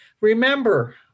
Remember